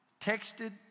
texted